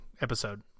episode